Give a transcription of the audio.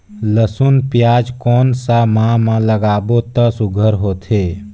लसुन पियाज कोन सा माह म लागाबो त सुघ्घर होथे?